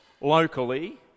locally